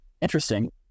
Interesting